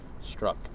struck